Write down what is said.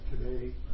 today